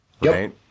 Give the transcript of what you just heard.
right